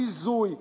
ביזוי,